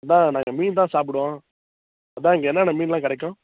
அதுதான் நாங்கள் மீன் தான் சாப்பிடுவோம் அதுதான் இங்கே என்னென்னா மீனெலாம் கெடைக்கும்